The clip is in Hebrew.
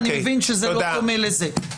אני מבין שזה לא דומה לזה.